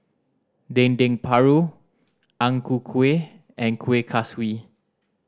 Dendeng Paru Ang Ku Kueh and Kuih Kaswi